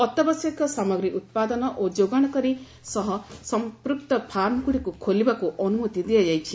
ଅତ୍ୟାବଶ୍ୟକ ସାମଗ୍ରୀ ଉତ୍ପାଦନ ଓ ଯୋଗାଣ ସହ ସଂପୂକ୍ତ ଫାର୍ମଗୁଡ଼ିକୁ ଖୋଲିବାକୁ ଅନୁମତି ଦିଆଯାଇଛି